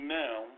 now